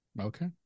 Okay